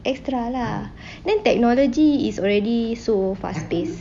extra lah then technology is already so fast pace